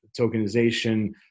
tokenization